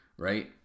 Right